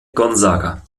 gonzaga